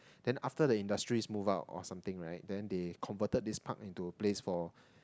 then after the industries move out or something right then they converted this park into a place for